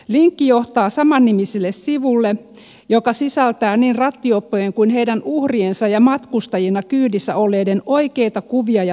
linkki johtaa samannimiselle sivulle joka sisältää niin rattijuoppojen kuin heidän uhriensa ja matkustajina kyydissä olleiden oikeita kuvia ja tarinoita